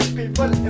people